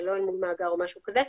זה לא אל מול מאגר או משהו כזה.